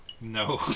no